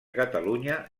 catalunya